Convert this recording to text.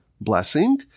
blessing